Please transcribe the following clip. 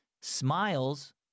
Smiles